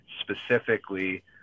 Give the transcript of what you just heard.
specifically